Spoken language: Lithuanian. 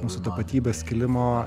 mūsų tapatybės skilimo